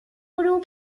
grup